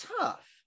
tough